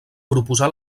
proposà